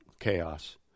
chaos